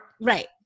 Right